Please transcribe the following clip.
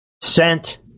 sent